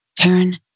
Taryn